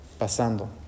pasando